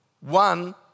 One